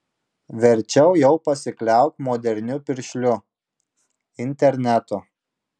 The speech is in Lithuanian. verčiau jau pasikliauk moderniu piršliu internetu